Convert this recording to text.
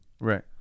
Right